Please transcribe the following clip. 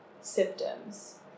symptoms